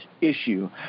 issue